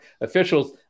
Officials